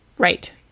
Right